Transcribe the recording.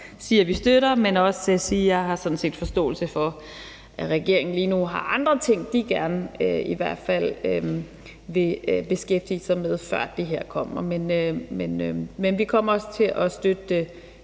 sige, at vi støtter det, men også sige, at jeg sådan set har forståelse for, at regeringen lige nu har andre ting, de i hvert fald gerne vil beskæftige sig med, før det her kommer. Men vi kommer også til at støtte